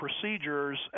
procedures